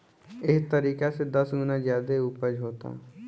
एह तरीका से दस गुना ज्यादे ऊपज होता